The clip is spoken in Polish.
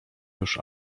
już